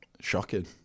Shocking